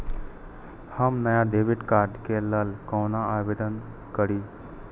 हम नया debit card के लल कौना आवेदन करि?